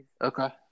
Okay